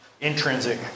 intrinsic